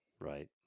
Right